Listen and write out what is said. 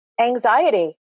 anxiety